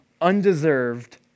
undeserved